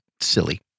silly